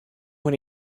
when